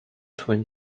twin